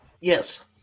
Yes